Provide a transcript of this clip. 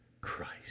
Christ